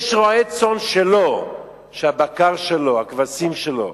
יש רועה צאן שהבקר שלו, הכבשים שלו.